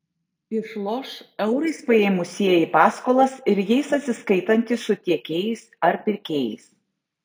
išloš eurais paėmusieji paskolas ir jais atsiskaitantys su tiekėjais ar pirkėjais